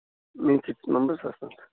మేము six members వస్తాము sir